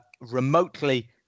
remotely